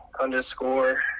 underscore